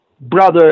brother